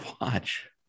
watch